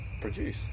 produce